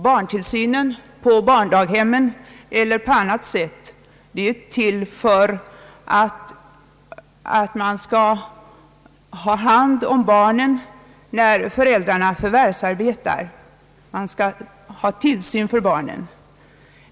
Barntillsynen på barndaghem eller på annat sätt avser att ta hand om barnen när föräldrarna förvärvsarbetar. Man skall ha tillsyn av barnen.